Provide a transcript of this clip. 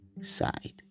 side